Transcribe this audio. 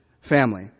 family